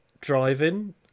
driving